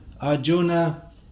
Arjuna